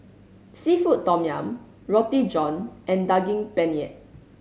seafood tom yum Roti John and Daging Penyet